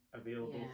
available